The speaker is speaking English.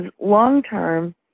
long-term